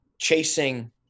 chasing